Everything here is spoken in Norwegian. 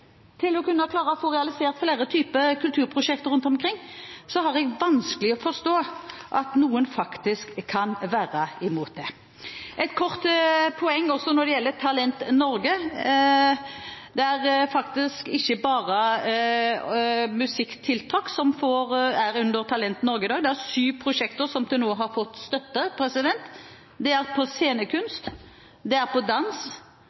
til å kunne klare å få realisert flere typer kulturprosjekter rundt omkring, har jeg vanskelig for å forstå at noen kan være imot det. Et kort poeng også når det gjelder Talent Norge: Det er faktisk ikke bare musikktiltak som er under Talent Norge i dag; det er syv prosjekter som til nå har fått støtte: Det er scenekunst, det er dans, det er lyrikk, det er den visuelle kunst, det er